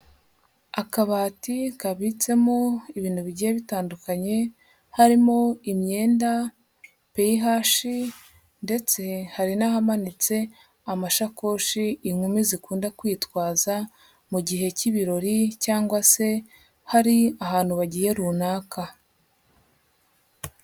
Akabati kabitsemo ibintu bigiye bitandukanye, harimo imyenda, pehashi, ndetse hari n'ahamanitse amashakoshi inkumi zikunda kwitwaza, mu gihe cy'ibirori cyangwa se hari ahantu bagiye runaka.